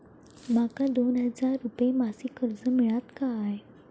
माका दोन हजार रुपये मासिक कर्ज मिळात काय?